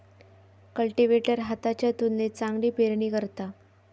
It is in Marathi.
कल्टीवेटर हाताच्या तुलनेत चांगली पेरणी करता